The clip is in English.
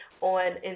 on